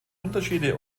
unterschiede